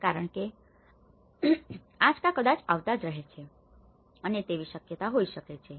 કારણ કે આંચકા કદાચ આવતા જ રહે છે અને તેવી શક્યતા હોઈ શકે છે